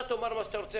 אתה תאמר מה שאתה רוצה,